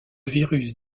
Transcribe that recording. virus